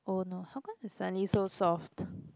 oh no how come it's suddenly so soft